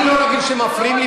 אני לא רגיל שמפריעים לי,